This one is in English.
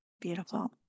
beautiful